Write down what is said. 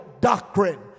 doctrine